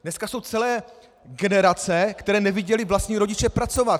Dneska jsou celé generace, které neviděly vlastní rodiče pracovat!